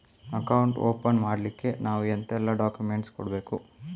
Account open ಮಾಡ್ಲಿಕ್ಕೆ ನಾವು ಎಂತೆಲ್ಲ ಡಾಕ್ಯುಮೆಂಟ್ಸ್ ಕೊಡ್ಬೇಕು?